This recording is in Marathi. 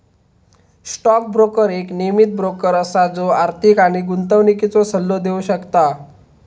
स्टॉक ब्रोकर एक नियमीत ब्रोकर असा जो आर्थिक आणि गुंतवणुकीचो सल्लो देव शकता